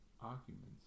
arguments